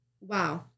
wow